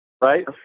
Right